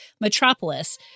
Metropolis